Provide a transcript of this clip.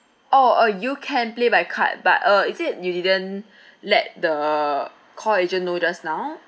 orh uh you can pay by card but uh is it you didn't let the call agent know just now